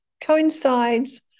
coincides